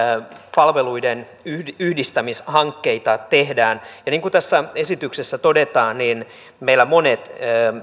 palveluiden yhdistämishankkeita tehdään ja niin kuin tässä esityksessä todetaan meillä monet